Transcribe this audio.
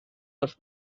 los